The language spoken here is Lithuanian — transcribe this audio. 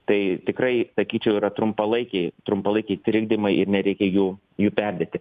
tai tikrai sakyčiau yra trumpalaikiai trumpalaikiai trikdymai ir nereikia jų jų perdėti